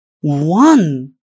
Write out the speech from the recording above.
one